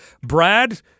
Brad